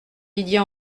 didier